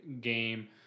game